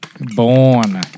Born